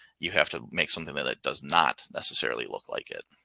you have to make something that that does not necessarily look like it.